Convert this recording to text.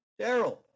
Daryl